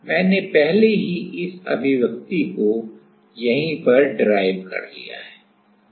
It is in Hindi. मैंने पहले ही इस अभिव्यक्ति को यहीं पर डिराइव कर लिया है